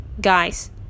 guys